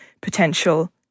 potential